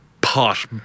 pot